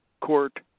court